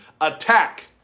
Attack